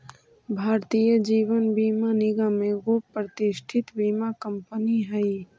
भारतीय जीवन बीमा निगम एगो प्रतिष्ठित बीमा कंपनी हई